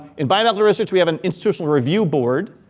in biomedical research, we have an institutional review board,